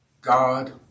God